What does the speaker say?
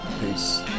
Peace